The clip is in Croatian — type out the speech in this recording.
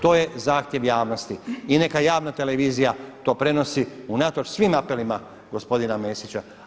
To je zahtjev javnosti i neka javna televizija to prenosi unatoč svim apelima gospodina Mesića.